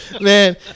Man